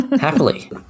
Happily